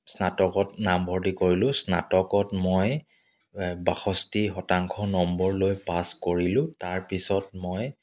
স্নাতকত নাম ভৰ্তি কৰিলোঁ স্নাতকত মই বাষষ্ঠি শতাংশ নম্বৰ লৈ পাছ কৰিলোঁ তাৰপিছত মই